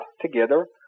together